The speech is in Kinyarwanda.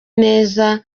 neza